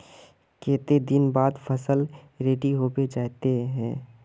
केते दिन बाद फसल रेडी होबे जयते है?